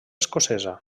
escocesa